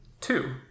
Two